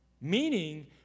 Meaning